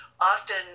often